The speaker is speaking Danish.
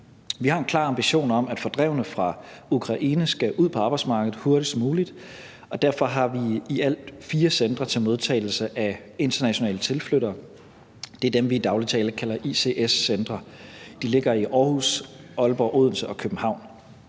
Vi har en klar ambition om, at fordrevne fra Ukraine skal ud på arbejdsmarkedet hurtigst muligt, og derfor har vi i alt fire centre til modtagelse af internationale tilflyttere. Det er dem, vi i daglig tale kalder ICS-centre, og som ligger i Aarhus, Aalborg, Odense og København,